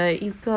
百